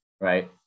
right